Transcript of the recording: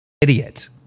idiot